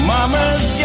Mama's